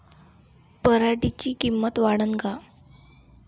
पराटीची किंमत वाढन का?